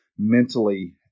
mentally